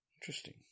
Interesting